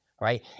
right